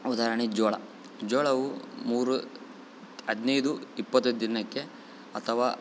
ಉದಾಹರ್ಣೆ ಜೋಳ ಜೋಳವು ಮೂರು ಹದಿನೈದು ಇಪ್ಪತ್ತು ದಿನಕ್ಕೆ ಅಥವಾ